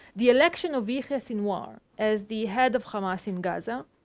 the election of yahya sinwar as the head of hamas in gaza,